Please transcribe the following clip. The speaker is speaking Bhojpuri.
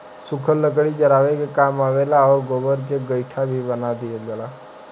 सुखल लकड़ी जरावे के काम आवेला आउर गोबर के गइठा भी बना दियाला